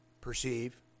perceive